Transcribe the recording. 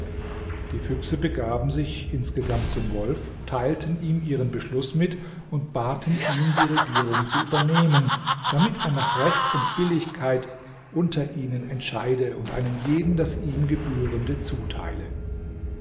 die füchse begaben sich insgesamt zum wolf teilten ihm ihren beschluß mit und baten ihn die regierung zu übernehmen damit er nach recht und billigkeit unter ihnen entscheide und einem jeden das ihm gebührende zuteile